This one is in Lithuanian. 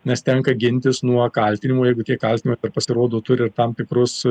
nes tenka gintis nuo kaltinimų jeigu tie kaltinimai dar pasirodo turi ir tam tikrus